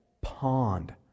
pond